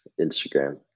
instagram